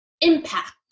impact